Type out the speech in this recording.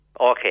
okay